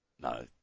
no